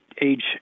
age